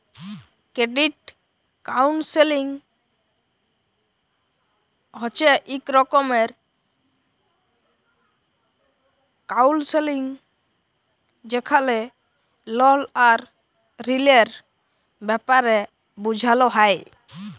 credit counselling হছে ইক রকমের কাউল্সেলিং যেখালে লল আর ঋলের ব্যাপারে বুঝাল হ্যয়